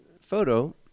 photo